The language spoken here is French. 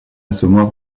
assommoir